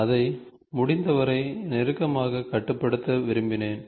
அதை முடிந்தவரை நெருக்கமாக கட்டுப்படுத்த விரும்பினேன்